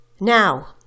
Now